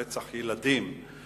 רצח ילדים,